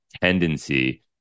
tendency